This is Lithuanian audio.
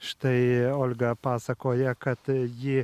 štai olga pasakoja kad ji